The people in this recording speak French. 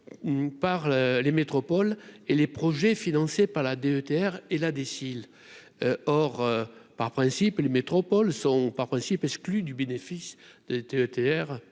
par les métropoles et les projets financés par la DETR et la déciles or par principe les métropoles sont par principe exclus du bénéfice de